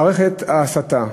מערכת ההסתה,